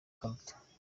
karuta